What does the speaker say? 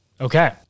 Okay